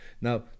Now